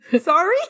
Sorry